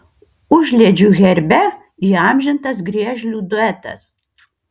užliedžių herbe įamžintas griežlių duetas